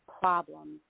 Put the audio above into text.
problems